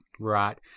Right